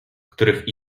których